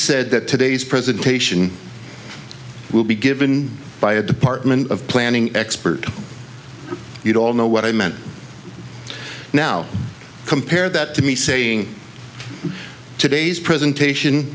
said that today's presentation will be given by a department of planning expert you'd all know what i meant now compare that to me saying today's presentation